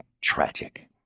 tragic